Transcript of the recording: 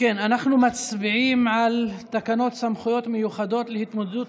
אנחנו מצביעים על תקנות סמכויות מיוחדות להתמודדות